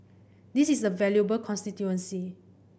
this is a valuable constituency